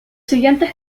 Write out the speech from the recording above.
siguientes